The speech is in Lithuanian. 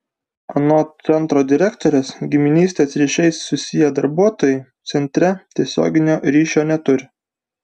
anot centro direktorės giminystės ryšiais susiję darbuotojai centre tiesioginio ryšio neturi